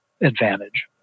advantage